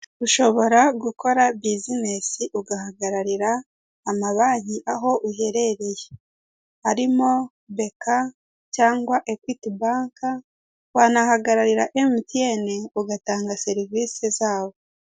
Ushobora gukora bizinesi ugahagararira amabanki aho uherereye harimo beka cyangwa ekwiti banki wanahagararira emutiyeni ugatanga serivisi zabo.